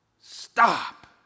Stop